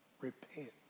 repent